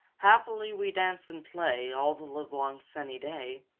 happily we dance and play all the livelong sunny day!